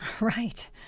right